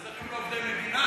אז איך הם לא עובדי מדינה,